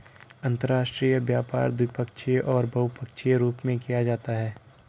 अंतर्राष्ट्रीय व्यापार द्विपक्षीय और बहुपक्षीय रूप में किया जाता है